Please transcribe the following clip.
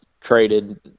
traded